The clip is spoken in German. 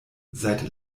seit